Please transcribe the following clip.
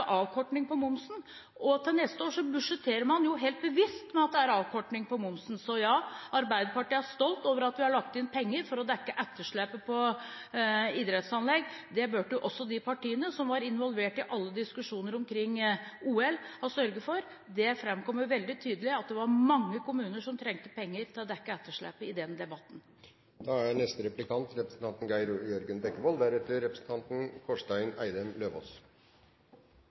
avkorting på momsen, og til neste år budsjetterer man helt bevisst med at det er avkorting på momsen. Så, ja – Arbeiderpartiet er stolt over at vi har lagt inn penger for å dekke etterslepet på idrettsanlegg. Det burde også de partiene som var involvert i alle diskusjoner omkring OL, ha sørget for. Det framkom veldig tydelig i den debatten at det var mange kommuner som trengte penger til å dekke etterslepet. Kristelig Folkeparti og Arbeiderpartiet er